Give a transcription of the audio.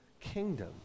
kingdom